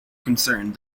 concerned